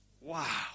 Wow